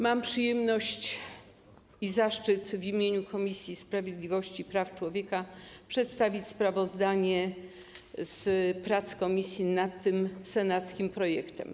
Mam przyjemność i zaszczyt w imieniu Komisji Sprawiedliwości i Praw Człowieka przedstawić sprawozdanie z prac komisji nad tym senackim projektem.